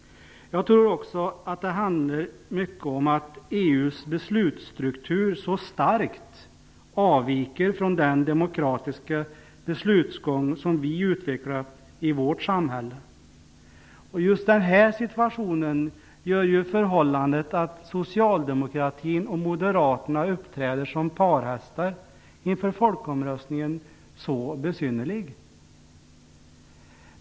Jag tror också att det handlar mycket om att EU:s beslutsstruktur så starkt avviker från den demokratiska beslutsgång som vi utvecklat i vårt samhälle. Just denna situation leder till att socialdemokratin och moderaterna så besynnerligt uppträder som parhästar inför folkomröstningen.